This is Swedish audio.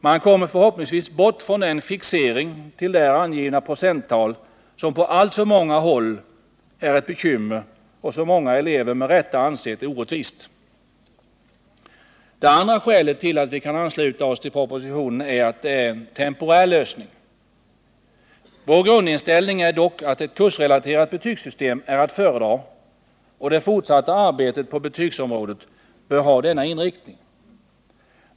Man kommer förhoppningsvis bort från den fixering till där angivna procenttal som på alltför många håll är ett bekymmer och som många elever med rätta anser vara orättvis. Det andra skälet till att vi kan ansluta oss till propositionen är att det är en temporär lösning. Vår grundinställning är dock att ett kursrelaterat betygssystem är att föredra, och det fortsatta arbetet på betygsområdet måste ha denna inriktning.